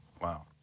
Wow